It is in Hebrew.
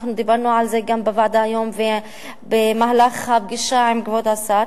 אנחנו דיברנו על זה גם בוועדה היום ובמהלך הפגישה עם כבוד השר.